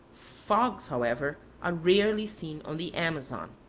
fogs, however, are rarely seen on the amazon.